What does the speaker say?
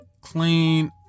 clean